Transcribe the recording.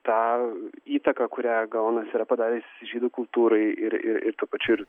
tą įtaką kurią gaonas yra padaręs žydų kultūrai ir ir tuo pačiu ir